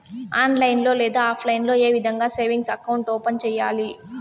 online లో లేదా offline లో ఏ విధంగా సేవింగ్ అకౌంట్ ఓపెన్ సేయాలి